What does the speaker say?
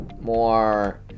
more